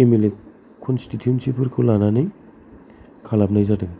M L A constituency फोरखौ लानानै खालामनाय जादों